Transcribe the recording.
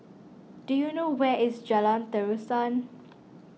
do you know where is Jalan Terusan